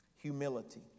Humility